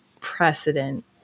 precedent